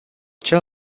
cel